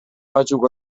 batzuk